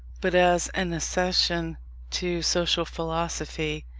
but as an accession to social philosophy,